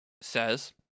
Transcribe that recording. says